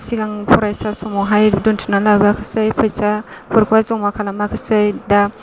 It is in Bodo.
सिगां फरायसा समावहाय दोनथुमना लाबोयाखैसै फैसाफोरखौहाय जमा खालामखिसै दा